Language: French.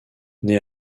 née